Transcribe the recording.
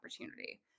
opportunity